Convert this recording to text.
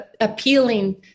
appealing